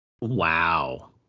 Wow